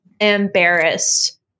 Embarrassed